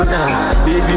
Baby